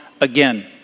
again